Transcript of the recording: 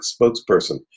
spokesperson